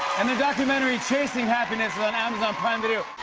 and the documentary, chasing happiness, is on amazon prime video.